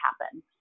happen